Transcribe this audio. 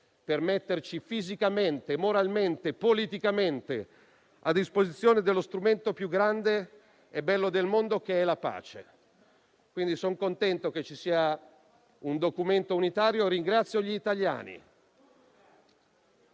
per metterci fisicamente, moralmente e politicamente a disposizione dello strumento più grande e bello del mondo, che è la pace. Sono contento che ci sia un documento unitario. Ringrazio gli italiani